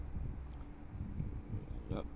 yup